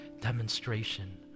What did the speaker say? demonstration